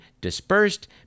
dispersed